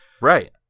Right